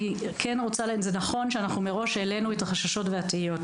אני כן רוצה להגיד שזה נכון שאנחנו מראש העלינו את החששות והתהיות,